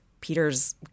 Peter's